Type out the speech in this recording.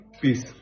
Peace